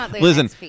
Listen